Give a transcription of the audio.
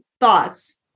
thoughts